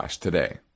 today